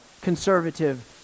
conservative